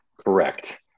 Correct